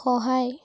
সহায়